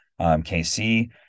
KC